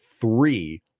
three